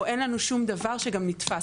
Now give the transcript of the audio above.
או אין לנו שום דבר שגם נתפס,